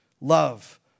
Love